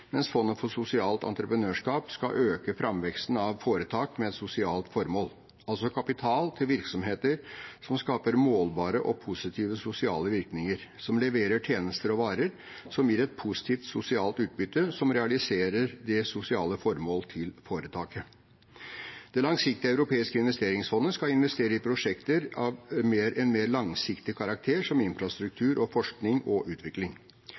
mens fondet for sosialt entreprenørskap skal øke framveksten av foretak med et sosialt formål, altså kapital til virksomheter som skaper målbare og positive sosiale virkninger, og som leverer tjenester og varer som gir et positivt sosialt utbytte og realiserer det sosiale formålet til foretaket. Det langsiktige europeiske investeringsfondet skal investere i prosjekter av mer langsiktig karakter, som infrastruktur og forskning og utvikling.